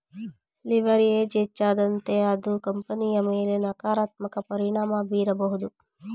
leverage ಹೆಚ್ಚಾದಂತೆ ಅದು ಕಂಪನಿಯ ಮೇಲೆ ನಕಾರಾತ್ಮಕ ಪರಿಣಾಮ ಬೀರಬಹುದು